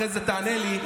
אחרי זה תענה לי,